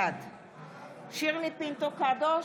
בעד שירלי פינטו קדוש,